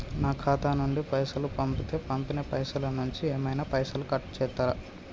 నా ఖాతా నుండి పైసలు పంపుతే పంపిన పైసల నుంచి ఏమైనా పైసలు కట్ చేత్తరా?